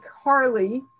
harley